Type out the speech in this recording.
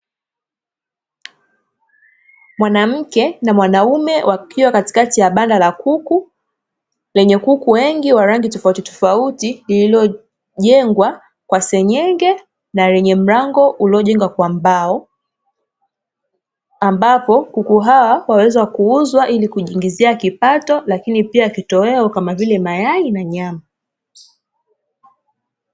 Mwanamke na mwanaume, wakiwa katikati ya banda la kuku lenye kuku wengi wa rangi tofautitofauti, lililojengwa kwa senyenge na lenye mlango uliojengwa kwa mbao. Ambapo kuku hawa huweza kuuzwa ili kujiingizia kipato, lakini kama kitowewo na nyama.